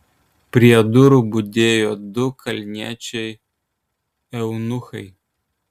prie durų budėjo du kalniečiai eunuchai